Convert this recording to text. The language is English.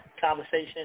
conversation